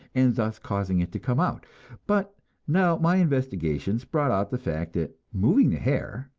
and thus causing it to come out but now my investigations brought out the fact that moving the hair,